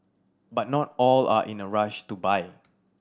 but not all are in a rush to buy